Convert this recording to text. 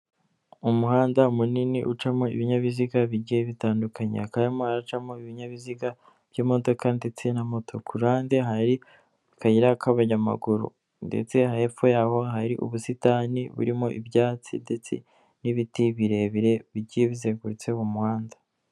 umuhanda munini ucamo ibinyabiziga bigiye bitandukanye, hakaba harimo haracamo ibinyabiziga by'imodoka, ndetse na moto, kuruhande hari akayira k'abanyamaguru, ndetse hepfo yaho hari ubusitani burimo ibyatsi ndetse n'ibiti birebire bigiye bizengurutse mu muhanda.